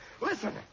Listen